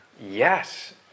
Yes